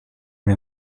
wir